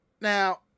Now